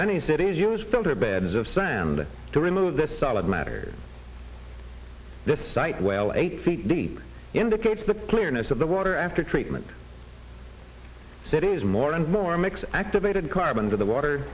many cities use filter beds of sand to remove the solid matter this site well eight feet deep indicates the clearness of the water after treatment cities more and more mix activated carbon into the water